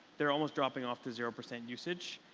they're almost dropping off to zero percent usage,